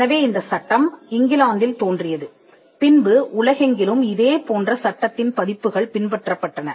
எனவே இந்த சட்டம் இங்கிலாந்தில் தோன்றியது பின்பு உலகெங்கிலும் இதேபோன்ற சட்டத்தின் பதிப்புகள் பின்பற்றப்பட்டன